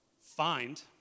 find